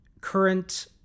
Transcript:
current